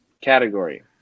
category